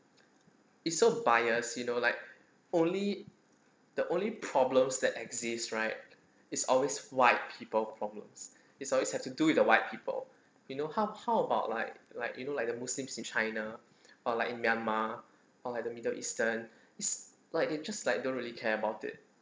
it's so biased you know like only the only problems that exist right it's always white people problems it's always have to do with the white people you know how how about like like you know like the muslims in china or like in myanmar or like the middle eastern is like they just like don't really care about it